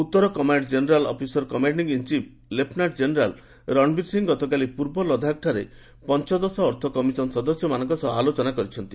ଉତ୍ତର command general officer commanding in chief lieutenant general Ranbir Singh ଗତକାଲି ପୂର୍ବ ଲଦାଖ୍ଠାରେ ପଞ୍ଚଦଶ ଅର୍ଥକମିଶନ୍ ସଦସ୍ୟମାନଙ୍କ ସହ ଆଲୋଚନା କରିଛନ୍ତି